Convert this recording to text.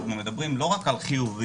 אנחנו מדברים לא רק על חיובים,